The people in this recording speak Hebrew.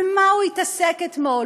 במה הוא הוא התעסק אתמול?